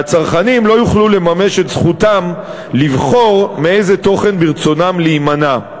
והצרכנים לא יוכלו לממש את זכותם לבחור מאיזה תוכן ברצונם להימנע.